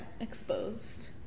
exposed